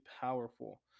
powerful